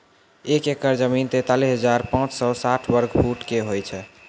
एक एकड़ जमीन, तैंतालीस हजार पांच सौ साठ वर्ग फुटो के होय छै